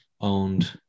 owned